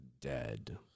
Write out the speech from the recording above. dead